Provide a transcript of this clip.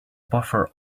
buffer